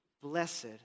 Blessed